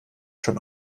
schon